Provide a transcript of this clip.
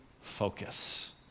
focus